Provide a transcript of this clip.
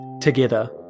together